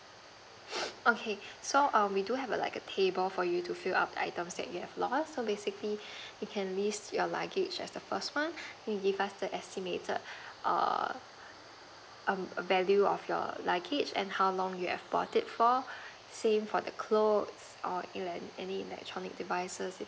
okay so err we do have a like a table for you to fill up items that you have lost so basically you can list your luggage as the first one maybe give us the estimated a um value of your luggage and how long you have bought it for same for the clothes or even any electronic devices